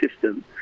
system